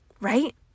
Right